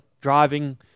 Driving